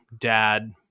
dad